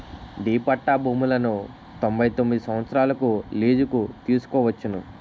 D పట్టా భూములను తొంభై తొమ్మిది సంవత్సరాలకు లీజుకు తీసుకోవచ్చును